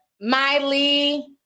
Miley